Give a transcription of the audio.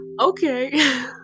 okay